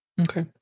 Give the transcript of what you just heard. Okay